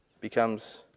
becomes